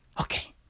Okay